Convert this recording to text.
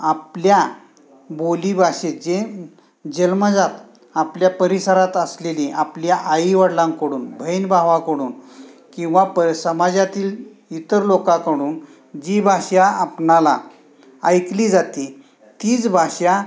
आपल्या बोलीभाषेत जे जन्मजात आपल्या परिसरात असलेली आपल्या आईवडिलांकडून बहीण भावाकडून किंवा पर समाजातील इतर लोकांकडून जी भाषा आपणाला ऐकली जाती तीच भाषा